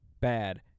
bad